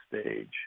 stage